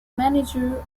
manager